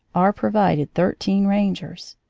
are provided thirteen rangers!